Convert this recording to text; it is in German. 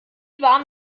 warm